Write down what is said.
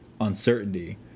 uncertainty